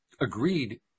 agreed